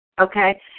Okay